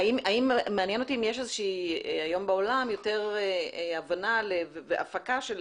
מעניין אם יש היום בעולם יותר הבנה והפקה של